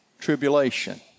tribulation